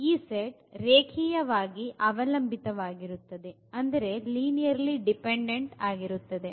ಆದ್ದರಿಂದ ಈ ಸೆಟ್ ರೇಖೀಯವಾಗಿ ಅವಲಂಬಿತ ವಾಗಿರುತ್ತದೆ